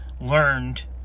learned